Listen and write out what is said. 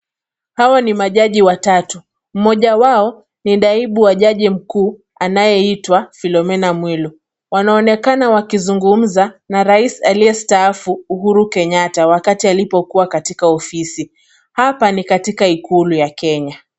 Hawa ni majaji watatu, mmoja wao, ni naibu wa jaji mkuu anayeitwa Philomena Mwilu. Wanaonekana wakizungumza na rais aliyestaafu Uhuru Kenyatta wakati alipokuwa katika ofisi. Hapa ni katika ikulu ya kenya.